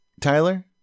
Tyler